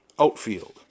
Outfield